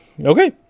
Okay